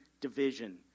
division